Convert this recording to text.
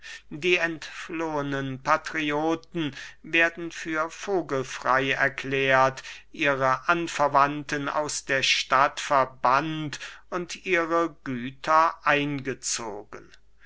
die entflohenen patrioten werden für vogelfrey erklärt ihre anverwandten aus der stadt verbannt und ihre güter eingezogen